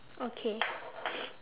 okay